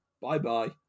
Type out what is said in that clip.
Bye-bye